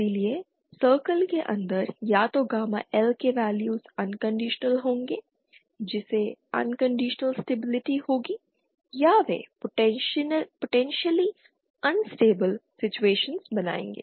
इसलिए सर्कल के अंदर या तो गामा L के वैल्यूज़ अनकंडीशनल होंगे जिससे अनकंडीशनल स्टेबिलिटी होगी या वे पोटेंशियली अनस्टेबिल सीटुएशन्स बनाएंगे